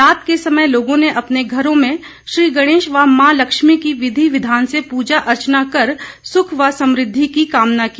रात के समय लोगों ने अपने घरों में श्रीगणेश व मां लक्ष्मी की विधि विधान से पूजा अर्चना कर सुख व समृद्धि की कामना की